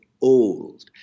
old